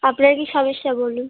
আপনার কী সমস্যা বলুন